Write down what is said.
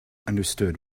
understood